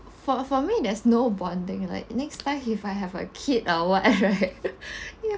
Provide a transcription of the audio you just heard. for for me there's no bonding like next time if I have a kid or what right